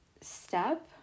step